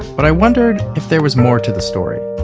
but i wondered if there was more to the story